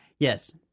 Yes